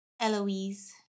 Eloise